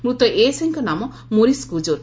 ମୃତ ଏଏସ୍ଆଇଙ୍କ ନାମ ମୋରିସ୍ କୁଜୁର